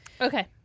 okay